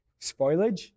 spoilage